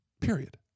period